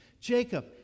Jacob